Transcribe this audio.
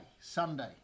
Sunday